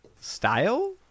style